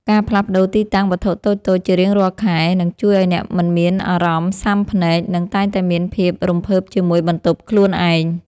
ការផ្លាស់ប្តូរទីតាំងវត្ថុតូចៗជារៀងរាល់ខែ នឹងជួយឱ្យអ្នកមិនមានអារម្មណ៍ស៊ាំភ្នែក និងតែងតែមានភាពរំភើបជាមួយបន្ទប់ខ្លួនឯង។